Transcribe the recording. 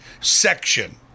section